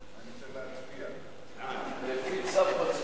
הצעת ועדת הכנסת בדבר השלמת